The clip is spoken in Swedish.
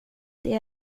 det